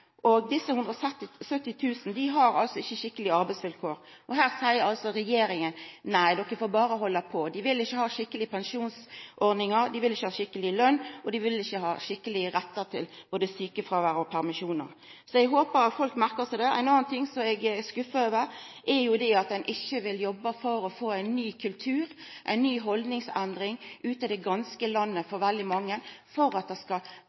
og desse 170 000 kvinnene har ikkje skikkelege arbeidsvilkår. Regjeringa seier at dei berre får halda på. Ho vil ikkje ha skikkelege pensjonsordningar, ho vil ikkje ha skikkeleg lønn, og ho vil ikkje ha skikkelege rettar til sjukefråvære og permisjonar. Eg håpar folk merkar seg det. Ein annan ting som eg er skuffa over, er det at ein ikkje vil jobba for å få ein ny kultur, ei haldningsendring i heile landet, for at det skal svara seg å kjøpa kvitt arbeid i staden for